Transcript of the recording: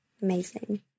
Amazing